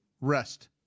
rest